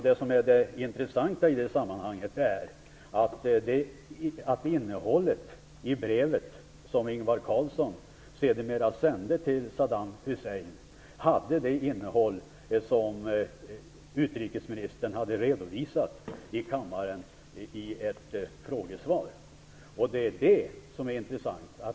Det som är det intressanta i det sammanhanget är att brevet som Ingvar Carlsson sedermera sände till Saddam Hussein hade det innehåll som utrikesministern hade redovisat i kammaren i ett frågesvar. Det är det som är intressant.